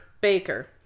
baker